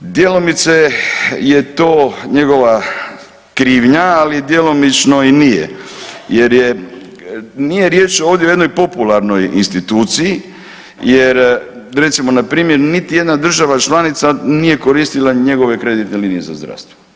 Djelomice je to njega krivnja, ali djelomično i nije jer je, nije riječ ovdje o jednoj popularnoj instituciji jer, recimo, npr. niti jedna država članica nije koristila njegove kreditne linije za zdravstvo.